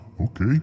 Okay